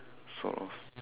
sort of